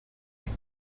que